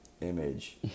image